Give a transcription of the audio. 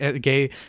gay